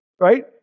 right